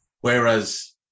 whereas